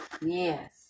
Yes